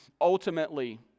ultimately